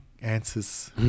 answers